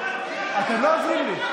אתם לא עוזרים לי.